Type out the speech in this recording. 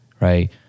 right